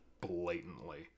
blatantly